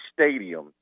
stadium